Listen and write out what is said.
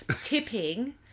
tipping